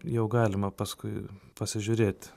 jau galima paskui pasižiūrėt